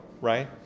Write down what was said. right